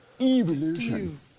Evolution